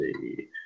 see